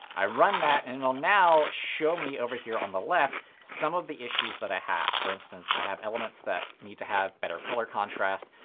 i run that and it will now show me over here on the left some of the issues that i have. for instance, i have elements that need to have better color contrast.